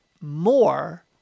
more